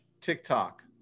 tiktok